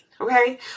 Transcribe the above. okay